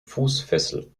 fußfessel